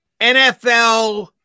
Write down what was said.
NFL